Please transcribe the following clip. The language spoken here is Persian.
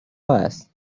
هست